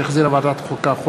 שהחזירה ועדת החוקה,